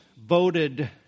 voted